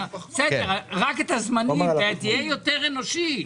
בסדר, רק את הזמנים תהיה יותר אנושי.